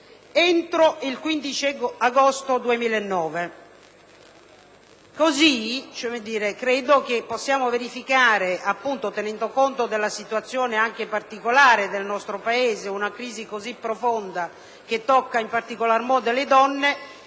entro il 15 agosto 2009. Così credo che possiamo verificare, tenendo conto della situazione particolare del nostro Paese, una crisi così profonda che tocca in particolar modo le donne,